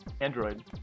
Android